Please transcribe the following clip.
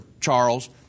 Charles